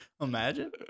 Imagine